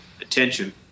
attention